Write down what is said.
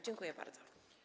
Dziękuję bardzo.